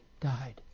died